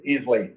easily